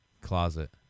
Closet